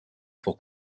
pour